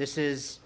this is